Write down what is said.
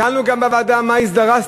שאלנו גם בוועדה מה הזדרזתם,